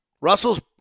Russell's